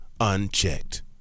unchecked